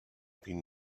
been